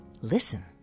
Listen